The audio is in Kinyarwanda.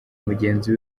mugenzi